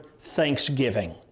thanksgiving